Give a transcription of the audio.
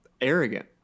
arrogant